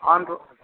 on road